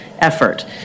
effort